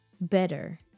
better